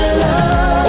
love